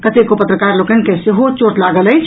कतेको पत्रकार लोकनि के सेहो चोट लागल अछि